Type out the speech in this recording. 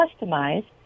customize